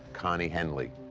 connie henly.